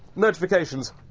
notifications?